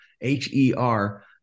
h-e-r